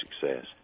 success